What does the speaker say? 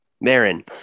Marin